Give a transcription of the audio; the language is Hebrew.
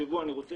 אני רוצה